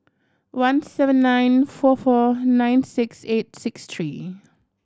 one seven nine four four nine six eight six three